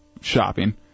shopping